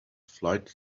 flight